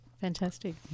Fantastic